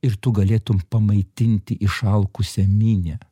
ir tu galėtum pamaitinti išalkusią minią